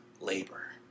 labor